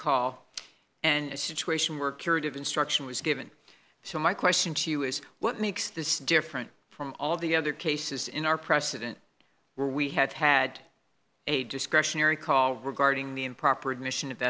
call and a situation where curative instruction was given so my question to you is what makes this different from all the other cases in our precedent where we had had a discretionary call regarding the improper admission